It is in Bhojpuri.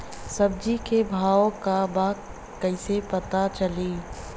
सब्जी के भाव का बा कैसे पता चली?